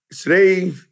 Today